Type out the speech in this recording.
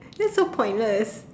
that's so pointless